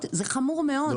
אז זה חמור מאוד,